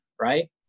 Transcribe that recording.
right